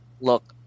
look